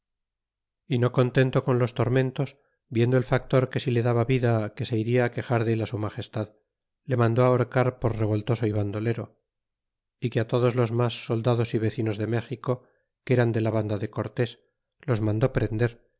y no contento con los tormentos viendo el factor que si le daba vida que se iria quexar dél su ma gestad le mandó ahorcar por revol tcso y vandolero y que todos los mas soldados y vecinos de méxico que eran de la vanda de cortés los mandó prender